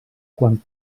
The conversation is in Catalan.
quant